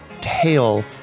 tail